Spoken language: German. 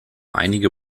einige